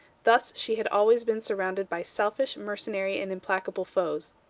thus she had always been surrounded by selfish, mercenary, and implacable foes.